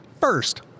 first